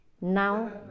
Now